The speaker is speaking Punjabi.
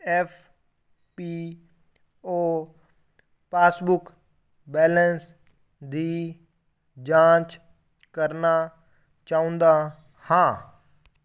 F P O passbook balance ਦੀ ਜਾਂਚ ਕਰਨਾ ਚਾਹੁੰਦਾ ਹਾਂ